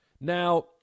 Now